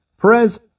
Perez